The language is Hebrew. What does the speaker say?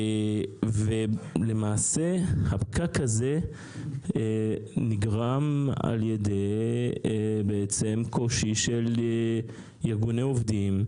למעשה הפקק הזה נגרם על ידי קושי של ארגוני עובדים,